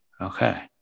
Okay